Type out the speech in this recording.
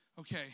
Okay